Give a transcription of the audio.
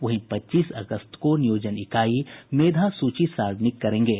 वहीं पच्चीस अगस्त को नियोजन इकाई मेधा सूची सार्वजनिक करेंगे